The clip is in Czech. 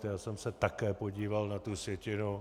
Já jsem se také podíval na tu sjetinu.